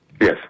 Yes